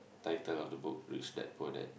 title of the book Rich Dad Poor Dad